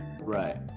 Right